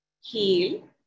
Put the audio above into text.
heal